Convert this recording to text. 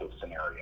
scenario